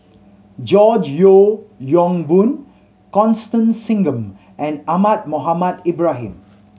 George Yeo Yong Boon Constance Singam and Ahmad Mohamed Ibrahim